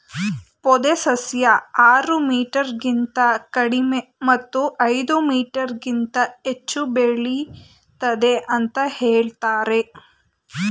ಪೊದೆ ಸಸ್ಯ ಆರು ಮೀಟರ್ಗಿಂತ ಕಡಿಮೆ ಮತ್ತು ಐದು ಮೀಟರ್ಗಿಂತ ಹೆಚ್ಚು ಬೆಳಿತದೆ ಅಂತ ಹೇಳ್ತರೆ